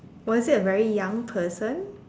was it a very young person